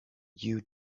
you